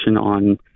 on